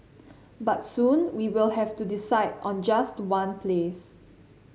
but soon we will have to decide on just one place